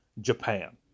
Japan